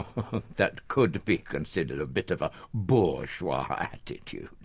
that could be considered a bit of a bourgeois attitude.